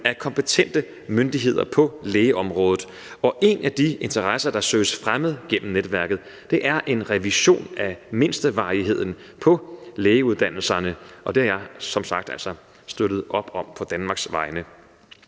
af kompetente myndigheder på lægeområdet. En af de interesser, der søges fremmet gennem netværket, er en revision af mindstevarigheden af lægeuddannelserne, og det har jeg som sagt støttet op om på Danmarks vegne.